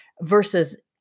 versus